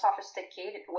sophisticated